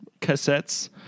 cassettes